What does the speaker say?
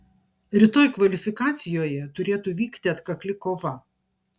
rytoj kvalifikacijoje turėtų vykti atkakli kova